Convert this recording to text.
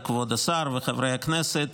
עם כבוד השר וחברי הכנסת.